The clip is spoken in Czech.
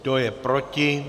Kdo je proti?